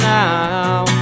now